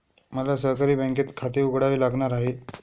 मला सहकारी बँकेत खाते उघडावे लागणार आहे